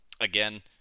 again